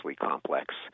complex